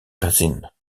gezien